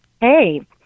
Hey